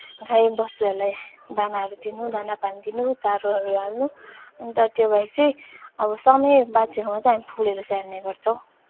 गाईबस्तुहरूलाई दानाहरू दिनु दाना पानी दिनु चारोहरू हाल्नु अन्त त्यो भए पछि अब समय बाँच्यो भने चाहिँ हामी फुलहरू स्याहार्ने गर्छौँ